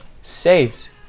saved